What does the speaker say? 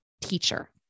teacher